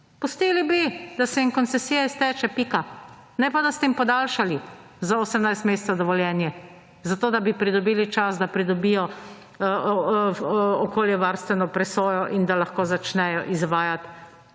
Pustili bi, da se jim koncesija izteče, pika. Ne pa da ste jim podaljšali za 18 mesecev dovoljenje, zato da bi pridobili čas, da pridobijo okoljevarstveno presojo in da lahko začnejo izvajati manj